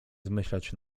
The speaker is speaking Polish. zmyślać